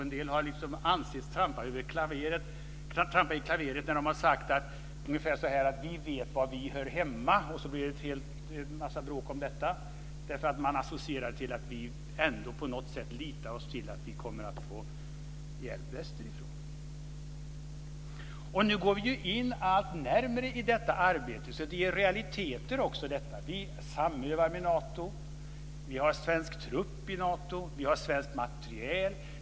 En del har ansetts trampa i klaveret när de har sagt ungefär så här: Vi vet var vi hör hemma. Sedan har det blivit bråk om det, därför att man associerar till att vi förlitar oss på att vi kommer att få hjälp västerifrån. Nu går vi in allt närmare i detta arbete. Det är realiteter. Vi samövar med Nato. Vi har svensk trupp i Nato. Vi har svensk materiel.